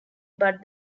but